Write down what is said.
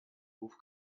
hof